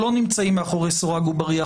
שלא נמצאים מאחורי סורג ובריח,